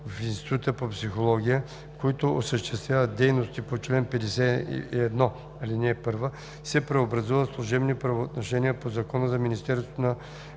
в Института по психология, които осъществяват дейности по чл. 51, ал. 1, се преобразуват в служебни правоотношения по Закона за Министерството на